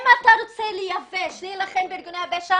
אם אתה רוצה לייבש את ארגוני הפשע,